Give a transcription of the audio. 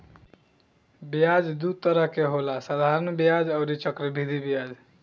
ब्याज दू तरह के होला साधारण ब्याज अउरी चक्रवृद्धि ब्याज